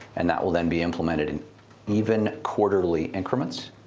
and that will then be implemented in even, quarterly increments,